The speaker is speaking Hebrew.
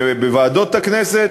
בוועדות הכנסת,